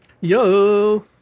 Yo